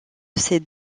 ces